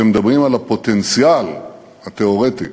שמדברים על הפוטנציאל התיאורטי